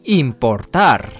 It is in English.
importar